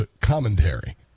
commentary